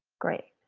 great.